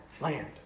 land